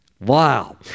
Wow